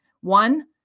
One